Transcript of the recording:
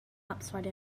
upside